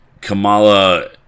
kamala